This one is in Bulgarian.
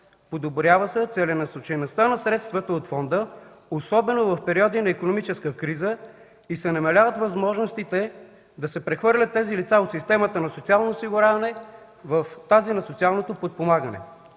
Подобрява се целенасочеността на средствата от фонда, особено в периоди на икономическа криза и се намаляват възможностите да се прехвърлят тези лица от системата на социалното осигуряване в тази на социалното подпомагане.